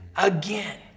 again